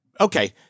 Okay